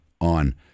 on